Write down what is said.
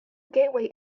gateway